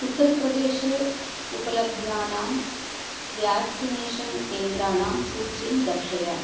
उत्तरप्रदेशे उपलभ्यानां व्याक्सिनेषन् केन्द्राणाम् सूचिं दर्शय